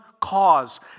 cause